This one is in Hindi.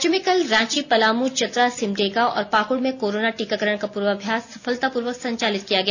राज्य में कल रांची पलामू चतरा सिमडेगा और पाकुड में कोरोना टीकाकरण का पूर्वभ्यास सफलतापूर्वक संचालित किया गया